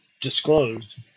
disclosed